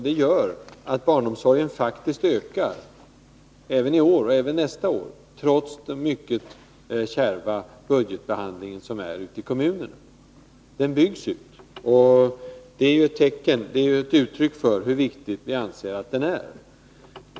Det gör att barnomsorgen faktiskt ökar även i år liksom också nästa år, trots den mycket kärva budgetbehandlingen i kommunerna. Detta är ett uttryck för hur viktig vi anser att barnomsorgen är.